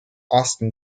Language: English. austin